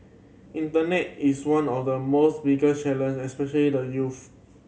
internet is one of the most bigger challenge especially the youth